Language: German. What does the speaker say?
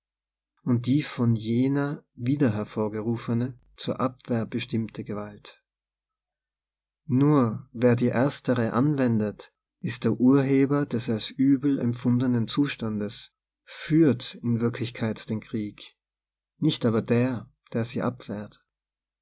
und die von jener wieder hervorgerufene zur abwehr bestimmte gewalt nur wer die erstere anwendet ist der ur heber des als uebel empfundenen zustandes führt in wirklichkeit den krieg nicht aber der der sie abwehrt